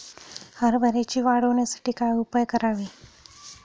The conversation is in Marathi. हरभऱ्याची वाढ होण्यासाठी काय उपाय करावे?